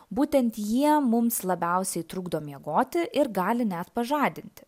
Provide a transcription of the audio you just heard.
būtent jie mums labiausiai trukdo miegoti ir gali net pažadinti